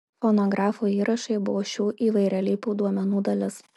fonografo įrašai buvo šių įvairialypių duomenų dalis